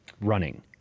running